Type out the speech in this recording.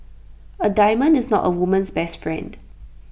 A diamond is not A woman's best friend